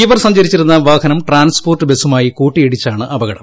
ഇവർ സഞ്ചരിച്ചിരുന്ന വാഹനം ട്രാൻസ്പോർട്ട് ബസുമായി കൂട്ടിയിടിച്ചാണ് അപകടം